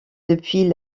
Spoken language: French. depuis